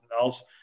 else